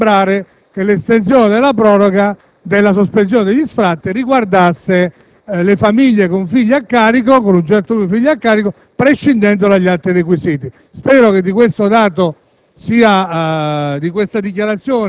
in base al quale poteva sembrare che l'estensione della proroga della sospensione degli sfratti riguardasse le famiglie con un certo numero di figli a carico prescindendo dagli altri requisiti;